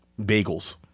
bagels